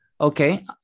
okay